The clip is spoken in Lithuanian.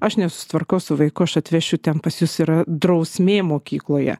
aš nesusitvarkau su vaiku aš atvešiu ten pas jus yra drausmė mokykloje